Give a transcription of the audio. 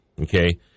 okay